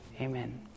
Amen